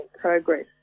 progress